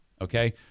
okay